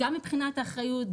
גם מבחינת האחריות,